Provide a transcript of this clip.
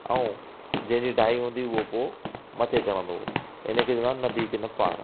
ऐं जंहिंजी डाई हूंदी हुई हो पोइ मथे चढ़ंदो हो इनखे असां नंदी की न पहाड़